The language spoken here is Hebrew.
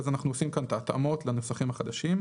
אז אנחנו עושים כאן את ההתאמות לנסחים החדשים.